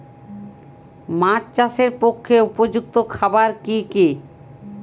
মাছ চাষের পক্ষে উপযুক্ত খাবার কি কি?